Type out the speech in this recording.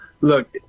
look